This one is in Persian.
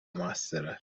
موثرت